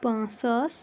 پانٛژھ ساس